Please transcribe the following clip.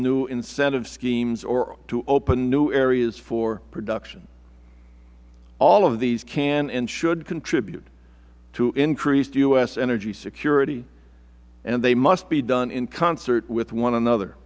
new incentive schemes or to open new areas for production all of these can and should contribute to increased u s energy security and they must be done in concert with one another